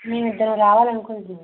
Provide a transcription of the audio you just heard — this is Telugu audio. మేము ఇద్దరం రావాలి అనుకుంటున్నామండి